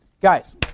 Guys